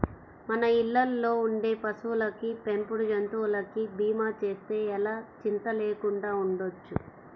మన ఇళ్ళల్లో ఉండే పశువులకి, పెంపుడు జంతువులకి భీమా చేస్తే ఎలా చింతా లేకుండా ఉండొచ్చు